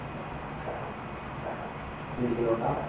ക്ലിനിക്കിലോട്ടാണോ